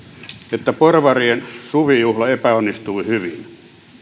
että porvarien suvijuhla epäonnistui hyvin